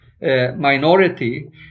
minority